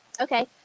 Okay